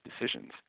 decisions